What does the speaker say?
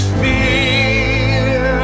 fear